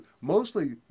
mostly